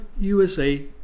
USA